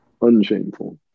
unshameful